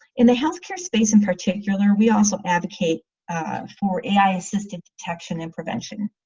in the healthcare space in particular we also advocate for ai assistive detection and prevention